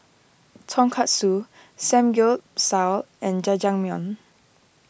Tonkatsu Samgyeopsal and Jajangmyeon